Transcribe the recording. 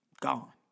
gone